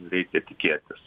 reikia tikėtis